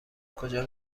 کجا